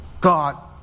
God